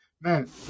man